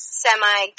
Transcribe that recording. semi